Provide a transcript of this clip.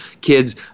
kids